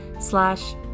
slash